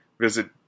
Visit